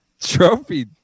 trophy